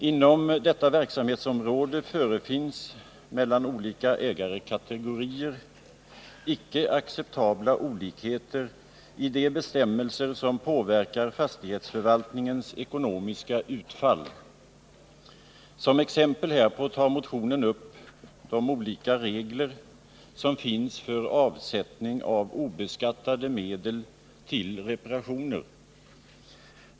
Inom detta verksamhetsområde förefinns mellan olika ägarkategorier icke acceptabla olikheter i de bestämmelser som påverkar fastighetsförvaltningens ekonomiska utfall. Som exempel härpå tas i motionen upp de olika regler som finns för avsättning av obeskattade medel till reparationer.